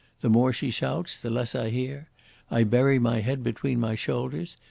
the more she shouts, the less i hear i bury my head between my shoulders,